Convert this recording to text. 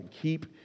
Keep